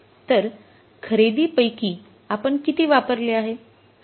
तर खरेदींपैकी आपण किती वापरले आहे